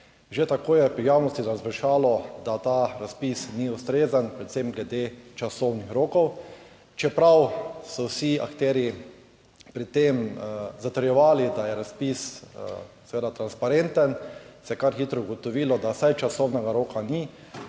Takoj je v javnosti završalo, da ta razpis ni ustrezen, predvsem glede časovnih rokov, čeprav so vsi akterji pri tem zatrjevali, da je razpis transparenten, se je kar hitro ugotovilo, da vsaj časovnega roka ni,